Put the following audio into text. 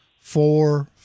four